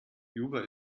juba